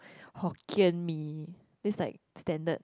Hokkien-Mee this is like standard